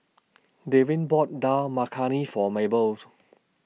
Dwaine bought Dal Makhani For Maybelles